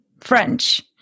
French